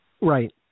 Right